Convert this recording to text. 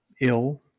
ill